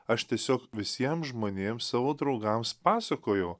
aš tiesiog visiem žmonėms savo draugams pasakojau